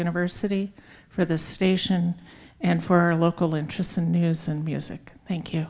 university for the station and for local interests and news and music thank you